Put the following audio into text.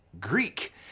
Greek